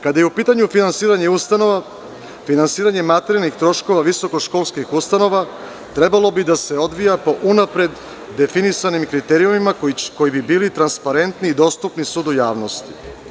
Kada je u pitanju finansiranja ustanova, finansiranje materijalnih troškova visoko školskih ustanova trebalo bi da se odvija po unapred definisanim kriterijumima, koji bi bili transparentni i dostupni sudu javnosti.